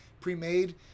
pre-made